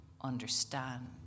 understand